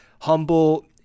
humble